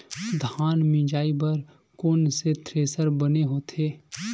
धान मिंजई बर कोन से थ्रेसर बने होथे?